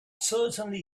certainly